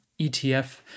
etf